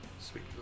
Sweet